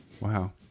wow